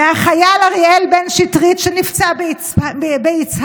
מהחייל אריאל בן שטרית שנפצע ביצהר,